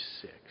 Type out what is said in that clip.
six